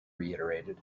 reiterated